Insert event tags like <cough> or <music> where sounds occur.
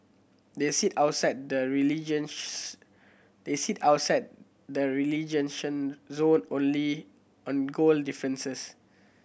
they sit outside the <unintelligible> they sit outside the <unintelligible> zone only on goal differences